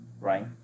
Right